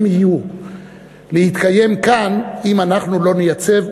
יהיו להתקיים כאן אם אנחנו לא נייצב,